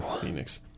Phoenix